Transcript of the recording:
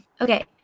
Okay